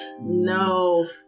No